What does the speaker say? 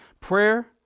prayer